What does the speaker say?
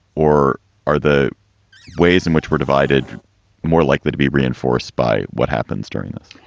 or are the ways in which were divided more likely to be reinforced by what happens during this?